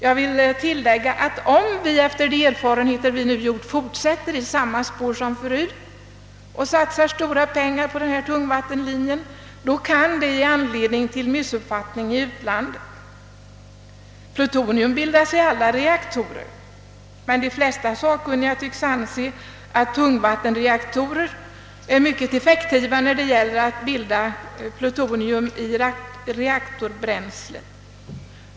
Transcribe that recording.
Jag vill tillägga att om vi efter de erfarenheter vi nu gjort fortsätter i samma spår som förut och satsar stora pengar på tungvattenlinjen, då kan vi ge anledning till missuppfattning i utlandet. Plutonium bildas i alla reaktorer, men de flesta sakkunniga tycks anse att tungvattenreaktorer är mycket effektiva när det gäller att bilda plutonium i reaktorbränslet.